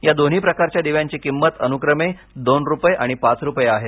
या दोन्ही प्रकारच्या दिव्यांची किमत अनुक्रमे दोन रुपये आणि पाच रुपये आहे